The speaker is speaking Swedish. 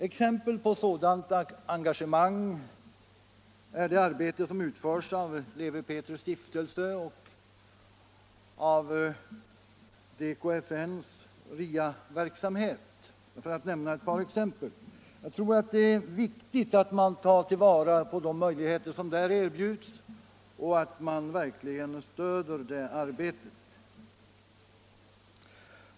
Exempel på sådant engagemang är det arbete som utförs av Lewi Pethrus stiftelse för filantropisk verksamhet och De kristna samfundens nykterhetsrörelses RIA-verksamhet. Jag tror som sagt att det är viktigt att man tillvaratar de möjligheter som där erbjuds, och att man verkligen stöder det arbetet.